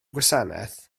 gwasanaeth